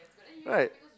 right